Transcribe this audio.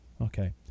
okay